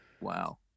Wow